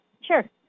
Sure